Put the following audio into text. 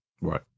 right